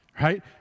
right